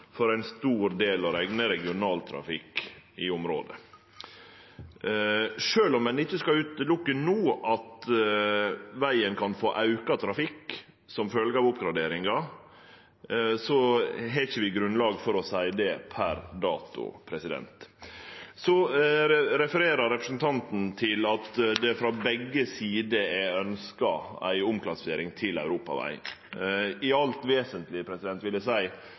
for ein stor del å rekne som regional trafikk i området. Sjølv om ein no ikkje skal sjå bort ifrå at vegen kan få auka trafikk som følgje av oppgraderinga, har vi ikkje grunnlag for å seie det per i dag. Representanten Mossleth refererer til at det frå begge sider er ønskt ei omklassifisering til europaveg. I det alt vesentlege vil eg seie